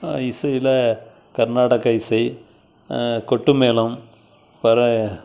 இசையில் கர்நாடக இசை கொட்டுமேளம் பற